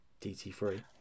DT3